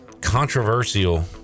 Controversial